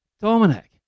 Dominic